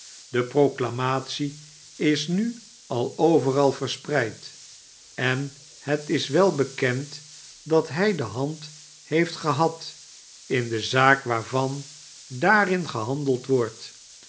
de proclamatie is nu al overal verspreid en het is wel bekend dat hij de hand heeft gehad in de zaak waarvan daarin gehandeld wordt